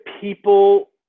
people